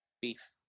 beef